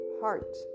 heart